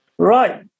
Right